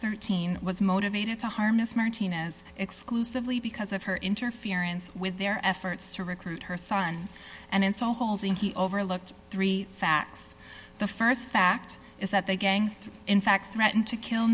thirteen was motivated to harm miss martinez exclusively because of her interference with their efforts to recruit her son and in so halting he overlooked three facts the st fact is that the gang in fact threatened to kill